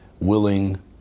willing